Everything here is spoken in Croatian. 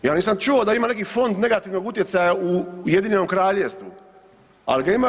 Ja nisam čuo da ima neki fond negativnog utjecaja u Ujedinjenom Kraljevstvu, ali ga ima u EU.